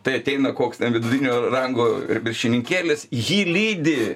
tai ateina koks ten vidutinio rango ir viršininkėlis jį lydi